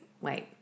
wait